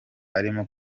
arimo